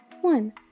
One